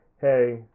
hey